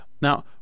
Now